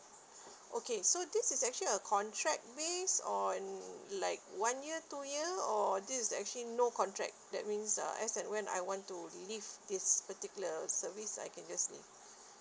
so okay so this is actually a contract base on like one year two year or this is actually no contract that means uh as that when I want to leave this particular service I can just leave